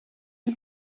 you